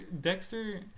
Dexter